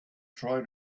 try